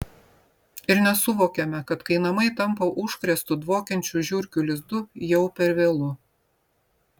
ir nesuvokiame kad kai namai tampa užkrėstu dvokiančiu žiurkių lizdu jau per vėlu